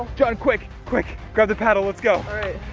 john, quick, quick, grab the paddle. let's go.